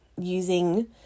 using